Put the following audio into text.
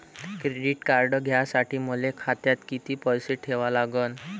Credit card घ्यासाठी मले खात्यात किती पैसे ठेवा लागन?